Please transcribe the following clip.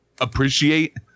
appreciate